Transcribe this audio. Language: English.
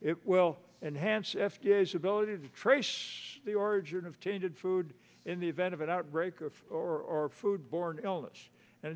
it will enhance f d a as ability to trace the origin of tainted food in the event of an outbreak of or food borne illness and